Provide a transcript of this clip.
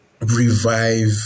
revive